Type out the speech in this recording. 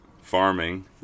farming